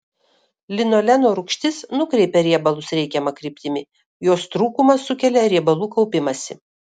linoleno rūgštis nukreipia riebalus reikiama kryptimi jos trūkumas sukelia riebalų kaupimąsi